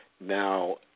now